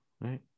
right